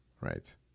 Right